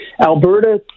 Alberta